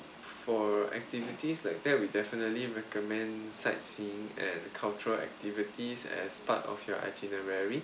for activities like that we definitely recommend sightseeing and cultural activities as part of your itinerary